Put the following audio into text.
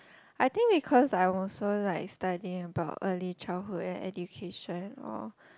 I think because I'm also like studying about early childhood and education all